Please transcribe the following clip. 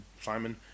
Simon